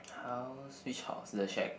house which house the shack